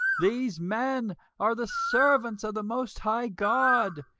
these men are the servants of the most high god,